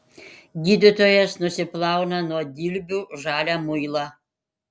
gydytojas nusiplauna nuo dilbių žalią muilą